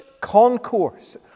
concourse